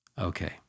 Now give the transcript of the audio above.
Okay